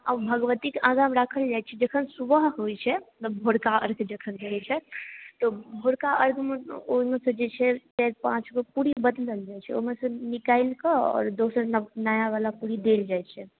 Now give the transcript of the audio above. आओर ओ भगवतीके आगामे राखल जाइ छै जखन सुबह होइ छै भोरका अर्घ जखन रहै छै तऽ भोरका अर्घमे ओइमे सँ जे छै चारि पाँचगो पूरी बदलल जाइ छै ओइमेसँ निकालिकऽ आओर दोसर नव नयावला पूरी देल जाइ छै